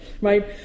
right